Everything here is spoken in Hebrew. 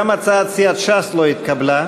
גם הצעת סיעת ש"ס לא התקבלה.